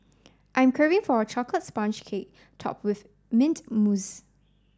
I'm craving for a chocolate sponge cake top with mint mousse